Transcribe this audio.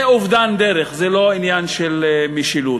זה אובדן דרך, זה לא עניין של משילות.